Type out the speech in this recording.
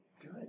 Good